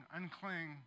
uncling